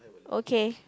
okay